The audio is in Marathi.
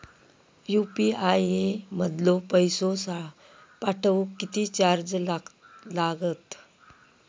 यू.पी.आय मधलो पैसो पाठवुक किती चार्ज लागात?